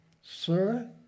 Sir